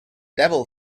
devil